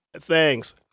Thanks